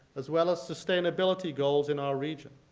as well as sustainability goals in our region.